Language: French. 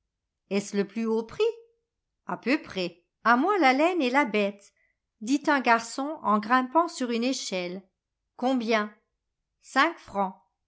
le plus haut prix a peu près a moi la laine et la bcte dit un garçon en grimpant sur une cclielle combien cinq francs